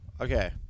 Okay